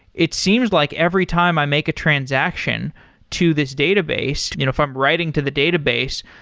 it seems like every time i make a transaction to this database, if i'm writing to the database,